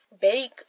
Bake